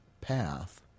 path